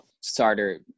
starter